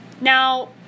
Now